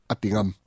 Atingam